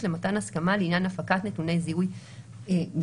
למתן הסכמה לעניין הפקת נתוני הזיהוי הזרים